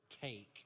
Take